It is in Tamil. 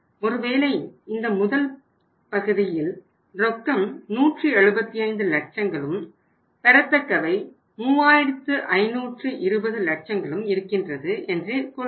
ஒருவேளை இந்த முதல் பகுதியில் ரொக்கம் 175 லட்சங்களும் பெறத்தக்கவை 3520 லட்சங்களும் இருக்கின்றது என்று கொள்வோம்